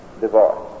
divorce